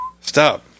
Stop